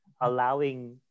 allowing